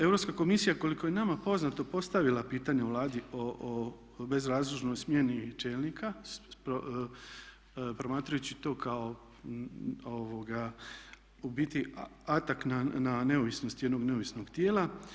Europska komisija koliko je nama poznato postavila pitanja Vladi o bezrazložnoj smjeni čelnika promatrajući to kao u biti atak na neovisnost jednog neovisnog tijela.